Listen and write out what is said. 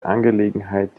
angelegenheit